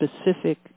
specific